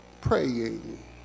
praying